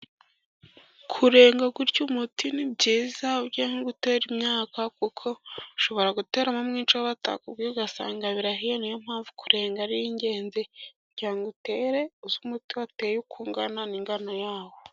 Kurenga gutyo umuti ni byiza, ugiye nko gutera imyaka, kuko ushobora guteramo mwinshi, uwo batakubwiye, ugasanga birahiye, niyo mpamvu kurenga ari ingenzi, kugira ngo utere, uzi umuti wateye uko ungana, n'ingano yawo.